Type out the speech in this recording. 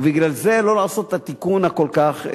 ובגלל זה לא לעשות את התיקון הכל-כך,